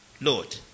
Lord